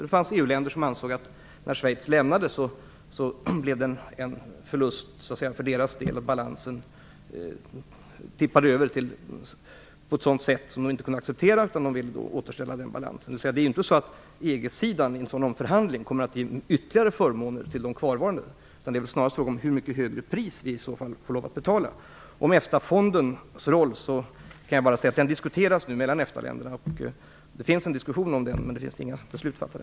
Det fanns EG-länder som ansåg att när Schweiz lämnade blev det en förlust för deras del, att avtalet tippade över på ett sätt som de inte kunde acceptera och att balansen måste återställas. Det är inte så att EU-sidan i en sådan omförhandling kommer att ge ytterligare förmåner till de kvarvarande EFTA-länderna, utan det är väl snarast fråga om hur mycket högre pris vi i så fall får lov att betala. Om EFTA-fondens roll kan jag bara säga att den diskuteras nu mellan EFTA-länderna, men det finns inga beslut fattade.